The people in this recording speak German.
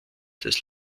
des